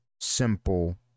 simple